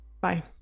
Bye